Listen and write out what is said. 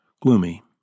gloomy